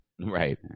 Right